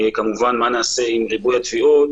כמובן מה נעשה עם ריבוי התביעות,